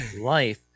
life